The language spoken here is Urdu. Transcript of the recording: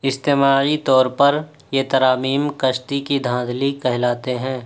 اجتماعی طور پر یہ ترامیم کشتی کی دھاندلی کہلاتے ہیں